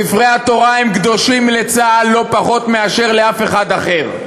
ספרי תורה הם קדושים לצה"ל לא פחות מאשר לאף אחד אחר.